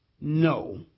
no